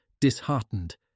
disheartened